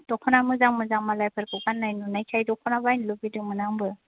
दख'ना मोजां मोजां मालायफोरखौ गान्नाय नुनायखाय दख'ना बायनो लुगैदोंमोन आंबो